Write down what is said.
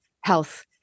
health